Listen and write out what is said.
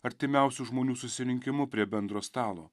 artimiausių žmonių susirinkimu prie bendro stalo